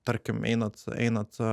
tarkim einat einat